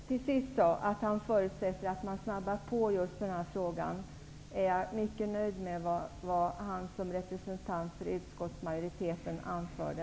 Herr talman! Hans Nyhage sade att han förutsätter att utredningen påskyndar arbetet med just denna fråga. Jag är därmed mycket nöjd med vad han som representant för utskottsmajoriteten har anfört.